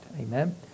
Amen